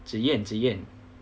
zhi yan zhi yan